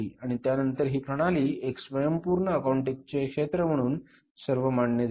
आणि त्यानंतर ही प्रणाली एक स्वयंपूर्ण अकाउंटिंगचे क्षेत्र म्हणून सर्वमान्य झाले